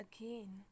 again